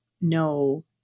no